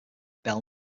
bell